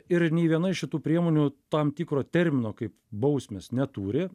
ir nei viena iš šitų priemonių tam tikro termino kaip bausmės neturi